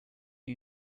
are